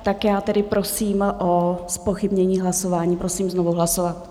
Tak prosím o zpochybnění hlasování, prosím znovu hlasovat.